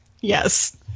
Yes